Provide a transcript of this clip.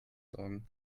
sorgen